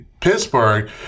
Pittsburgh